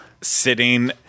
sitting